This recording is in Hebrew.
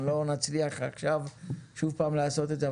לא נצליח עכשיו שוב לעשות את זה.